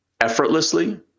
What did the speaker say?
effortlessly